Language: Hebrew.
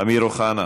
אמיר אוחנה,